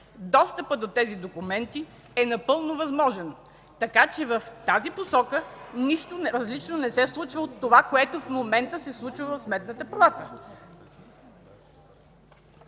Достъпът до тези документи е напълно възможен. Така че в тази посока нищо различно не се случва от това, което в момента се случва в Сметната палата.